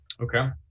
Okay